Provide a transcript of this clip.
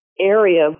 area